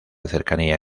cercanía